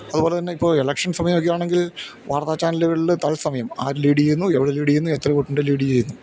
അതുപോലെത്തന്നെ ഇപ്പോള് എലക്ഷൻ സമയമൊക്കെയാണെങ്കിൽ വാർത്താ ചാനലുകളില് തൽസമയം ആര് ലീഡ് ചെയ്യുന്നു എവിടെ ലീഡ് ചെയ്യുന്നു എത്ര വോട്ടിന് ലീഡ് ചെയ്യുന്നു